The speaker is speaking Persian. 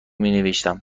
مینوشتم